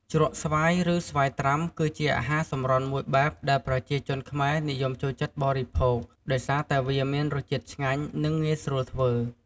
ជ្រក់់ស្វាយ ឬ ស្វាយត្រាំ គឺជាអាហារសម្រន់មួយបែបដែលប្រជាជនខ្មែរនិយមចូលចិត្តបរិភោគដោយសារតែវាមានរសជាតិឆ្ងាញ់ និងងាយស្រួលធ្វើ។